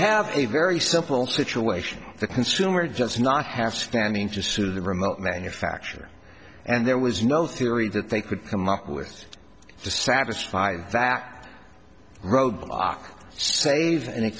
have a very simple situation the consumer just not have standing to sue the remote manufacturer and there was no theory that they could come up with to satisfy fact roadblock save and